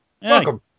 Welcome